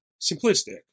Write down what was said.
simplistic